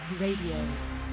Radio